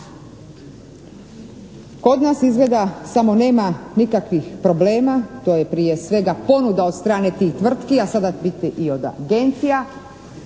Kod nas izgleda smo nema nikakvih problema, to je prije svega ponuda od strane tih tvrtki, a sada i od agencija,